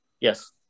Yes